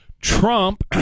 Trump